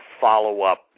follow-up